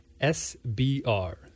S-B-R